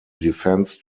defense